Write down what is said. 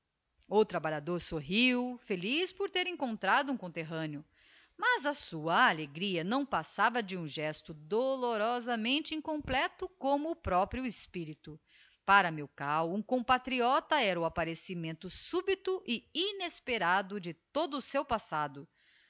o trabalhador sorriu feliz por ter encontrado um conterrâneo mas a sua alegria não passava de um gesto dolorosamente incompleto como o próprio espirito para milkau um compatriota era o apparecimento súbito e inesperado de todo o seu passado